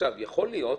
כשהיא רוצה